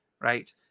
right